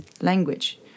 language